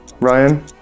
Ryan